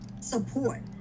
support